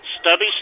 Stubby